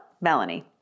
Melanie